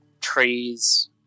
trees